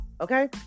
okay